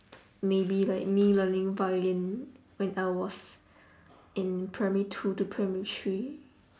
maybe like me learning violin when I was in primary two to primary three